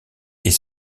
est